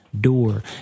door